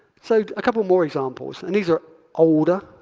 so a couple more examples, and these are older